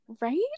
Right